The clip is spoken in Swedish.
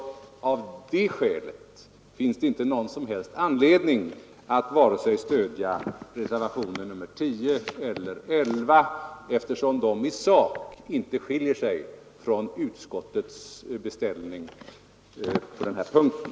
Av det skälet finns det inte någon som helst anledning att stödja vare sig reservationen 10 eller 11 eftersom de i sak inte skiljer sig från utskottets beställning på den här punkten.